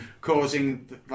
causing